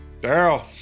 Daryl